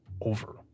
over